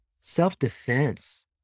self-defense